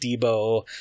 Debo